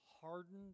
hardened